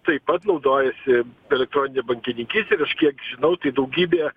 taip pat naudojasi elektronine bankininkyste ir aš kiek žinau tai daugybė